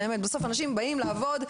בסוף אנשים באים לעבוד,